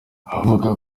avuga